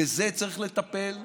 בזה צריך לטפל.